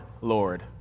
Lord